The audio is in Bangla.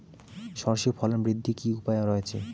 সর্ষের ফলন বৃদ্ধির কি উপায় রয়েছে?